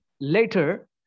later